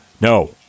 No